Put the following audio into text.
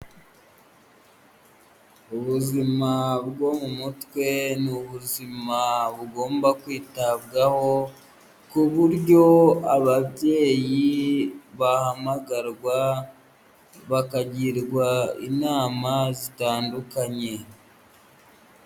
Ubuzima bwo mu mutwe, n'ubuzima bugomba kwitabwaho ku buryo ababyeyi bahamagarwa bakagirwa inama zitandukanye.